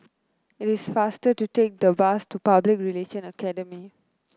it is faster to take the bus to Public Relation Academy